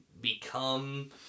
become